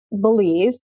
believe